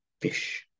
fish